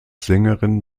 sängerin